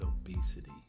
obesity